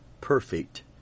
perfect